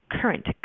current